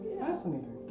fascinating